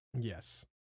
yes